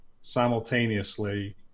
simultaneously